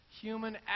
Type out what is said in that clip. Human